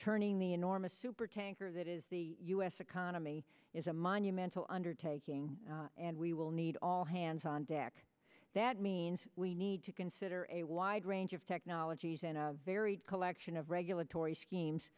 turning the enormous supertanker that is the u s economy is a monumental undertaking and we will need all hands on deck that means we need to consider a wide range of technologies and varied collection of regulatory schemes